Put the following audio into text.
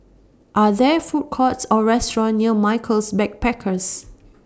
Are There Food Courts Or restaurants near Michaels Backpackers